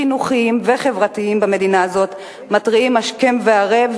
חינוכיים וחברתיים במדינה הזאת מתריעים השכם וערב,